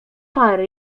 pary